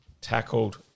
Tackled